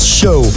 show